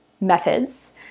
methods